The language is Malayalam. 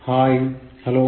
hello hi